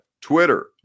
Twitter